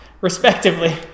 respectively